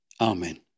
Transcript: Amen